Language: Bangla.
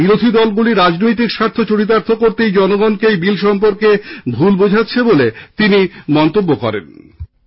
বিরোধী দলগুলি রাজনৈতিক স্বার্থ চরিতার্থ করতে জনগণকে এই বিল সম্পর্কে ভুল বোঝাচ্ছে বলে তিনি মন্তব্য করেন